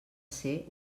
ser